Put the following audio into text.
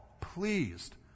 pleased